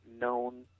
known